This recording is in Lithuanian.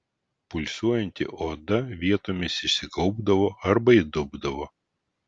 pulsuojanti oda vietomis išsigaubdavo arba įdubdavo